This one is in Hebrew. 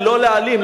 ולא להעלים,